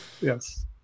Yes